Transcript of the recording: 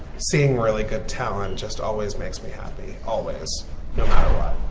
seeing really good talent just always makes me happy always no matter what.